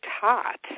taught